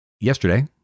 yesterday